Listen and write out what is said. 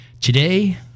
Today